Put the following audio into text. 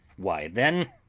why, then,